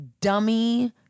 dummy